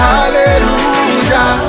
Hallelujah